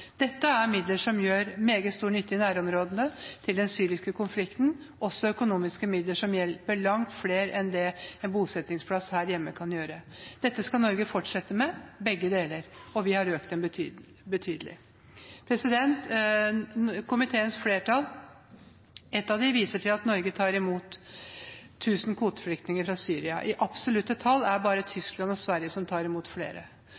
Dette er økonomiske midler som gjør meget stor nytte i nærområdene til den syriske konflikten, og også midler som hjelper langt flere enn det en bosettingsplass her hjemme kan gjøre. Dette skal Norge fortsette med – begge deler, og vi har økt dem betydelig. Et av komiteens flertall viser til at Norge tar imot 1 000 kvoteflyktninger fra Syria. I absolutte tall er det bare Tyskland og Sverige som tar imot flere.